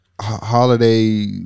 Holiday